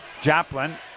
Joplin